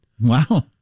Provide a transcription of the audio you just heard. Wow